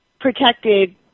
protected